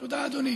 תודה, אדוני.